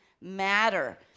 matter